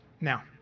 Now